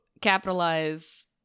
capitalize